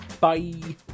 Bye